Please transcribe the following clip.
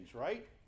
right